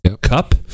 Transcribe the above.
Cup